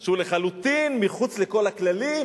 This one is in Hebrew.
שהוא לחלוטין מחוץ לכל הכללים,